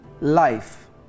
life